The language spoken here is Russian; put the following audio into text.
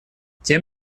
тем